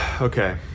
okay